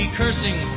cursing